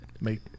make